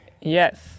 Yes